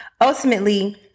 Ultimately